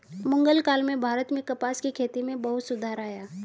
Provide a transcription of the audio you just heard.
मुग़ल काल में भारत में कपास की खेती में बहुत सुधार आया